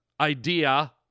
idea